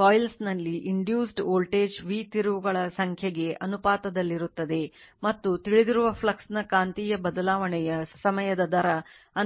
coils ನಲ್ಲಿ induced voltage V ತಿರುವುಗಳ ಸಂಖ್ಯೆಗೆ ಅನುಪಾತದಲ್ಲಿರುತ್ತದೆ ಮತ್ತು ತಿಳಿದಿರುವ ಫ್ಲಕ್ಸ್ನ ಕಾಂತೀಯ ಬದಲಾವಣೆಯ ಸಮಯದ ದರ ಅಂದರೆ v N d d t